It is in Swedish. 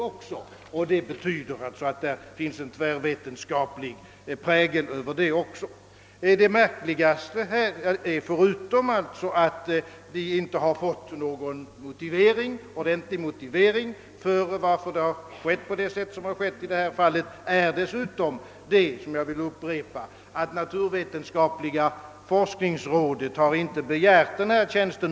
Även här kan man tala om en tvärvetenskaplig prägel. Det märkligaste, förutom att vi inte har fått någon ordentlig motivering till varför man gått till väga på det sätt som skett, är — det vill jag upprepa — att naturvetenskapliga forskningsrådet inte begärt tjänsten.